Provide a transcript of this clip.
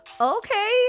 Okay